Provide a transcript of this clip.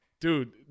Dude